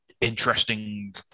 interesting